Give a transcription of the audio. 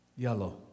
Yellow